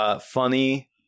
Funny